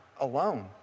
alone